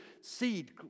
seed